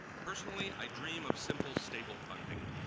personally i dream of simple stable funding.